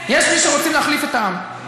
יש מי שרוצים להחליף את העם.